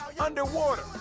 underwater